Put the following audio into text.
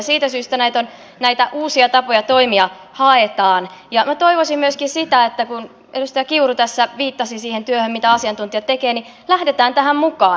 siitä syystä näitä uusia tapoja toimia haetaan ja minä toivoisin myöskin sitä kun edustaja kiuru tässä viittasi siihen työhön mitä asiantuntijat tekevät että lähdetään tähän mukaan